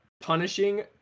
punishing